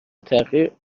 تغییر